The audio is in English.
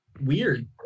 Weird